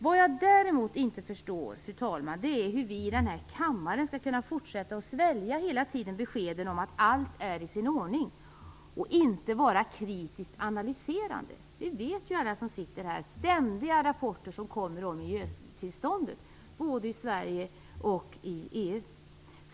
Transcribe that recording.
Vad jag däremot inte förstår, fru talman, är hur vi i den här kammaren skall kunna fortsätta att hela tiden svälja beskeden om att allt är i sin ordning i stället för att vara kritiskt analyserande. Alla som sitter här känner ju till att rapporter ständigt kommer om miljötillståndet både i Sverige och i EU.